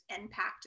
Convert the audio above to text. impact